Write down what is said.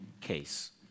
case